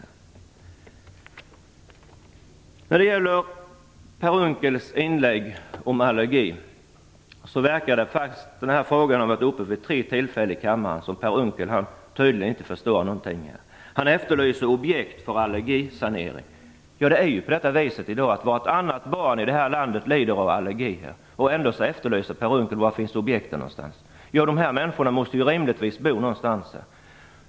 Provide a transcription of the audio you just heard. Fastän denna fråga har varit uppe vid tre tillfällen i kammaren verkar det av Per Unckels inlägg om allergi som om han inte har förstått någonting. Han efterlyser objekt för allergisanering. I dag lider vartannat barn här i landet av allergi. Ändå efterlyser Per Unckel objekt. Dessa människor måste ju rimligtvis bo någonstans.